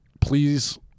please